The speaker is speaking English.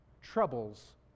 Troubles